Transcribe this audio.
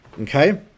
okay